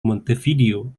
montevideo